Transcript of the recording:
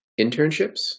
internships